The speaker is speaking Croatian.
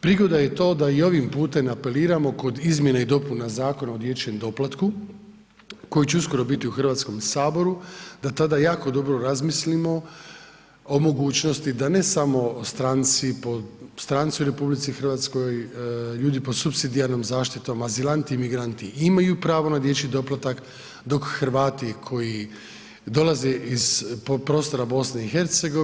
Prigoda je to da i ovim putem apeliramo kod Izmjena i dopuna Zakona o dječjem doplatku koji će uskoro biti u Hrvatskom saboru da tada jako dobro razmislimo o mogućnosti da ne samo stranci po, stranci u RH, ljudi pod supsidijarnom zaštitom, azilanti i migranti imaju pravo na dječji doplatak dok Hrvati koji dolaze iz prostora iz